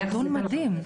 זה נתון מדהים.